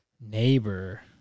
Neighbor